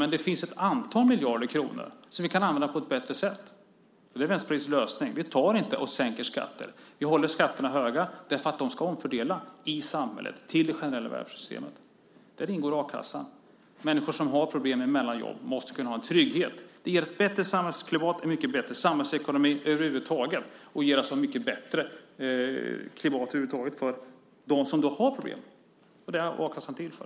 Men det finns ett antal miljarder kronor, som vi kan använda på ett bättre sätt. Det är Vänsterpartiets lösning. Vi sänker inte skatter. Vi håller skatterna höga, för de ska omfördela i samhället till det generella välfärdssystemet. Där ingår a-kassan. Människor som har problem mellan olika anställningsperioder måste ha en trygghet. Det ger ett bättre samhällsklimat, en mycket bättre samhällsekonomi över huvud taget och ett mycket bättre klimat för dem som har problem. Det är det a-kassan är till för.